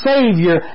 Savior